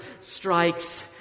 Strikes